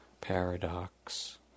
paradox